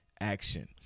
action